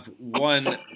one